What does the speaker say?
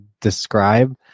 describe